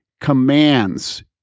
commands